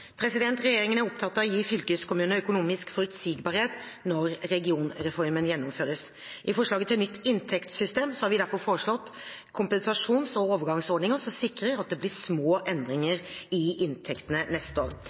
Regjeringen er opptatt av å gi fylkeskommunene økonomisk forutsigbarhet når regionreformen gjennomføres. I forslaget til nytt inntektssystem har vi derfor foreslått kompensasjons- og overgangsordninger som sikrer at det blir små endringer i inntektene neste år.